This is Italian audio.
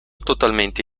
totalmente